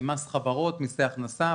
מס חברות, מיסי הכנסה.